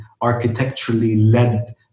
architecturally-led